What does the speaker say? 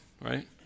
right